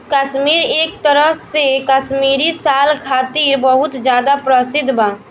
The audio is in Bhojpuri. काश्मीर एक तरह से काश्मीरी साल खातिर बहुत ज्यादा प्रसिद्ध बा